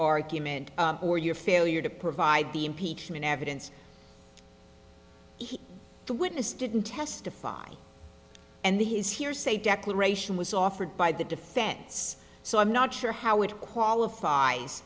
argument or your failure to provide the impeachment evidence the witness didn't testify and his hearsay declaration was offered by the defense so i'm not sure how it qualifies